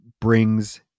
brings